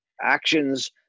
actions